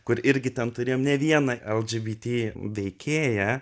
kur irgi tam turėjom ne vieną lgbt veikėją